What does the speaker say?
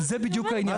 זה בדיוק העניין,